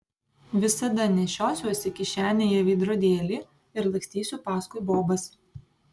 visada nešiosiuosi kišenėje veidrodėlį ir lakstysiu paskui bobas